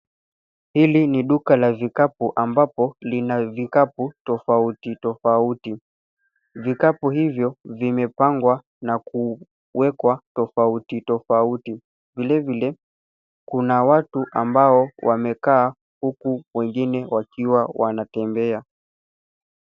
Hili ni duka la vikapu ambapo lina vikapu tofautitofauti. Vikapu hivyo vimepangwa na kuwekwa tofautitofauti. Vilevile kuna watu ambao wamekaa huku wengine wakiwa wanatembea.